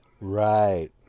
Right